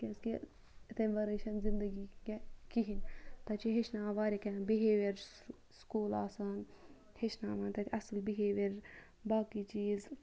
کیازِکہِ تمہِ وَرٲے چھَنہٕ زِندَگی کِہیٖنۍ تَتہِ چھِ ہیٚچھناوان واریاہ کینٛہہ بِہیوِیَر سکوٗل آسان ہیٚچھناوان تَتہِ اَصل بِہیوِیَر باقٕے چیٖز